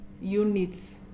units